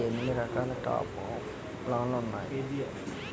నా ఫోన్ కి ఎన్ని రకాల టాప్ అప్ ప్లాన్లు ఉన్నాయి?